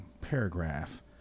paragraph